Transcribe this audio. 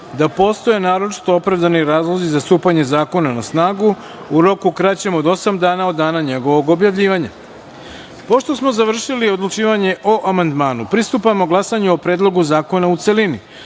da postoje naročito opravdani razlozi za stupanje zakona na snagu u roku kraćem od osam dana od dana njegovog objavljivanja. Pošto smo završili odlučivanje o amandmanu, pristupamo glasanju o Predlogu zakona u